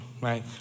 right